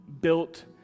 built